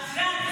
אז את יודעת,